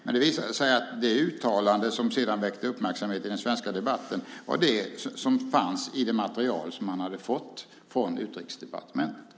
Men det visade sig att det uttalande som sedan väckte uppmärksamhet i den svenska debatten var det som fanns i det material som kungen hade fått från Utrikesdepartementet.